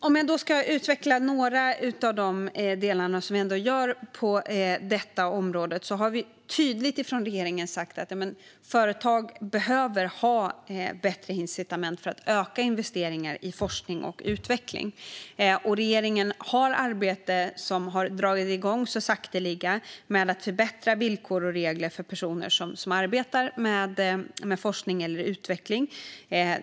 Fru talman! Jag ska utveckla några av de saker vi gör på detta område. Regeringen har tydligt sagt att företag behöver ha bättre incitament för att öka investeringar i forskning och utveckling. Regeringen har arbeten som så sakteliga dragit igång med att förbättra villkor och regler för personer som arbetar med forskning och utveckling.